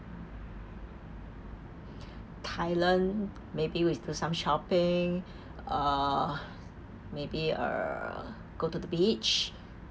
thailand maybe we do some shopping uh maybe er go to the beach